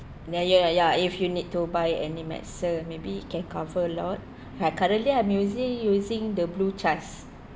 then ya ya if you need to buy any medicine maybe can cover a lot I currently I'm using using the blue CHAS